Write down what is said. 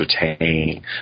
entertain